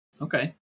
okay